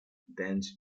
dance